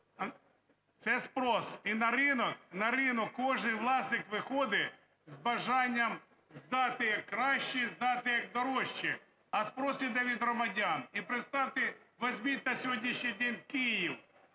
на ринок… на ринок кожний власник виходить з бажанням здати краще, здати дорожче. А спрос іде від громадян. І представте, візьміть на сьогоднішній день Київ: